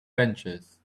benches